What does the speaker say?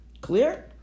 Clear